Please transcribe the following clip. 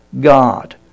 God